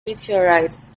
meteorites